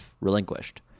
Relinquished